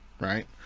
right